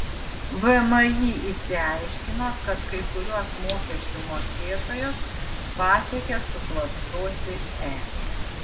vmi išsiaiškino kad kai kuriuos mokesčių mokėtojus pasiekė suklastoti e